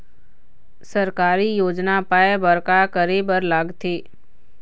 सरकारी योजना पाए बर का करे बर लागथे?